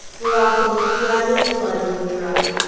morocco swam in blood when we arrived.